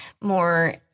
more